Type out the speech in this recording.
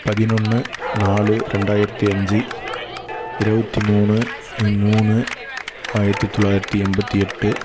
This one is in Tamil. பதினொன்று நாலு ரெண்டாயிரத்து அஞ்சு இருபத்தி மூணு மூணு ஆயிரத்து தொள்ளாயிரத்து எண்பத்து எட்டு